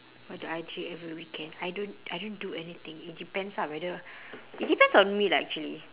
what do I do every weekend I don't I don't do anything it depends ah whether it depends on me lah actually